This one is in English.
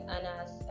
Anna's